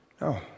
No